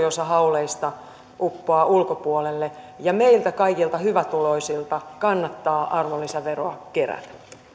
osa hauleista uppoaa ulkopuolelle meiltä kaikilta hyvätuloisilta kannattaa arvonlisäveroa kerätä